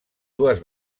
dues